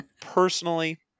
personally